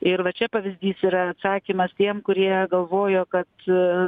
ir va čia pavyzdys yra atsakymas tiem kurie galvojo kad